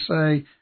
say